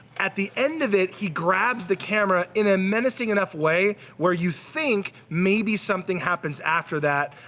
at the end of it he grabs the camera in a menacing enough way where you think maybe something happens after that.